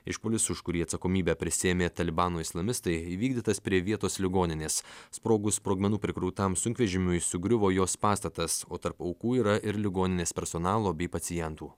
išpuolis už kurį atsakomybę prisiėmė talibano islamistai įvykdytas prie vietos ligoninės sprogus sprogmenų prikrautam sunkvežimiui sugriuvo jos pastatas o tarp aukų yra ir ligoninės personalo bei pacientų